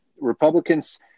Republicans